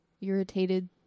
irritated